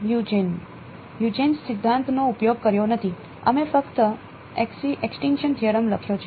Huygens સિદ્ધાંતનો ઉપયોગ કર્યો નથી અમે ફક્ત એકસટીનક્ષન થિયરમ લખ્યો છે